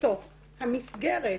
מתוך המסגרת.